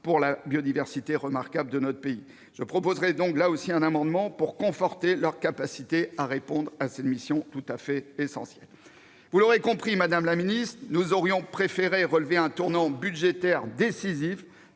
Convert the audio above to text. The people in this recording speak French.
pour la biodiversité remarquable de notre pays. Je proposerai donc, là aussi, un amendement tendant à conforter leur capacité à répondre à cette mission tout à fait essentielle. Vous l'aurez compris, nous aurions préféré relever un tournant budgétaire décisif